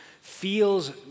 feels